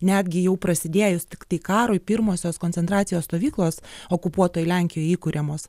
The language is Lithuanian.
netgi jau prasidėjus tiktai karui pirmosios koncentracijos stovyklos okupuotoj lenkijoj įkuriamos